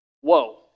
Whoa